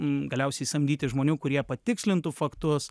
galiausiai samdyti žmonių kurie patikslintų faktus